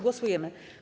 Głosujemy.